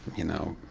you know,